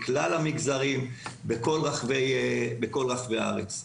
בכלל המגזרים בכל רחבי הארץ.